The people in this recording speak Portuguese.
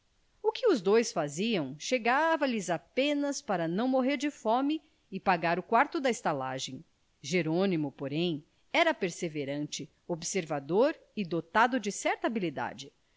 o que os dois faziam chegava lhes apenas para não morrer de fome e pagar o quarto da estalagem jerônimo porém era perseverante observador e dotado de certa habilidade